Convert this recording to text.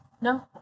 No